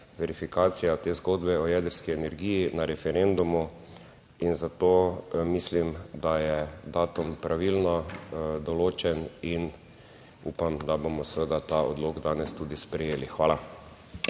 verifikacija te zgodbe o jedrski energiji na referendumu. In zato mislim, da je datum pravilno določen in upam, da bomo seveda ta odlok danes tudi sprejeli. Hvala.